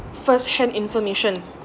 first hand information